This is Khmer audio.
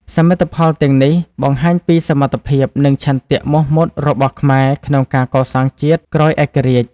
សមិទ្ធផលទាំងនេះបង្ហាញពីសមត្ថភាព និងឆន្ទៈមោះមុតរបស់ខ្មែរក្នុងការកសាងជាតិក្រោយឯករាជ្យ។